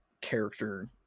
character